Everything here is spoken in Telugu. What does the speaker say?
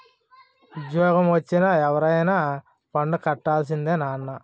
ఉజ్జోగమొచ్చిన ఎవరైనా పన్ను కట్టాల్సిందే నాన్నా